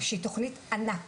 שהיא תוכנית ענק,